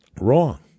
wrong